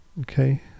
Okay